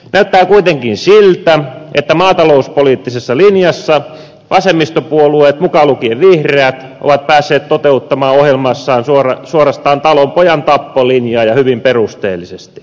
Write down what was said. näyttää kuitenkin siltä että maatalouspoliittisessa linjassa vasemmistopuolueet mukaan lukien vihreät ovat päässeet toteuttamaan ohjelmassaan suorastaan talonpojan tappolinjaa ja hyvin perusteellisesti